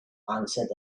answered